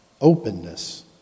openness